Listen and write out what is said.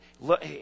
look